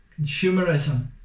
consumerism